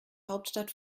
hauptstadt